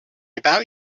about